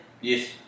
Yes